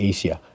Asia